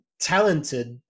talented